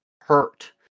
hurt